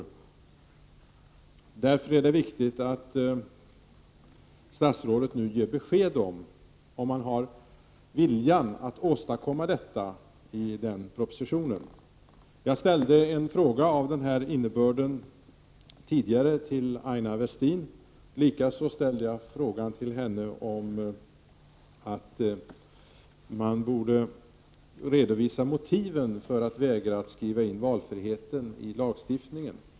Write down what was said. Därför är det viktigt att statsrådet nu ger besked om huruvida man har viljan att åstadkomma detta i den kommande propositionen. Jag ställde tidigare en fråga av den innebörden till Aina Westin. Likaså sade jag till henne att man borde redovisa motiven för att vägra att skriva in valfriheten i lagstiftningen.